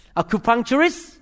acupuncturist